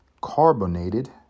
carbonated